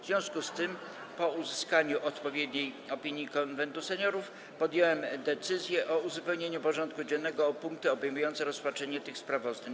W związku z tym, po uzyskaniu odpowiedniej opinii Konwentu Seniorów, podjąłem decyzję o uzupełnieniu porządku dziennego o punkty obejmujące rozpatrzenie tych sprawozdań.